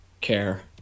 care